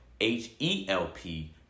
H-E-L-P